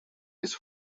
his